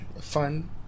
Fun